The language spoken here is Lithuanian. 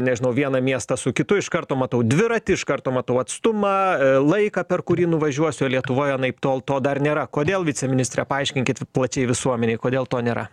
nežinau vieną miestą su kitu iš karto matau dviratį iš karto matau atstumą laiką per kurį nuvažiuosiu lietuvoj anaiptol to dar nėra kodėl viceministre paaiškinkit plačiai visuomenei kodėl to nėra